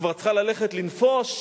כבר צריכה ללכת לנפוש,